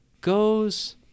goes